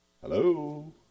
hello